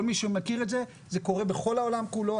כל מי שמכיר את זה, זה קורה בכל העולם כולו.